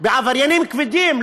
בעבריינים כבדים,